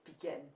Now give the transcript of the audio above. begin